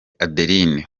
adeline